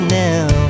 now